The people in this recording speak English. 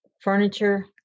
furniture